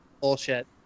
bullshit